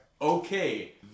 Okay